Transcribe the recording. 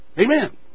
Amen